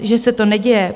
Že se to neděje?